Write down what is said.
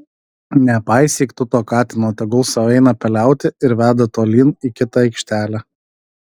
nepaisyk tu to katino tegul sau eina peliauti ir veda tolyn į kitą aikštelę